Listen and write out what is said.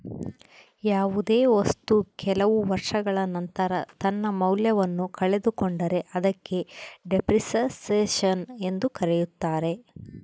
ಯಾವುದೇ ವಸ್ತು ಕೆಲವು ವರ್ಷಗಳ ನಂತರ ತನ್ನ ಮೌಲ್ಯವನ್ನು ಕಳೆದುಕೊಂಡರೆ ಅದಕ್ಕೆ ಡೆಪ್ರಿಸಸೇಷನ್ ಎಂದು ಕರೆಯುತ್ತಾರೆ